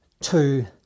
two